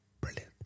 Brilliant